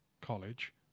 college